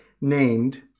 named